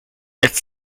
its